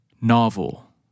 Novel